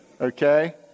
Okay